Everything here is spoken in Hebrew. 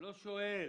לא שואל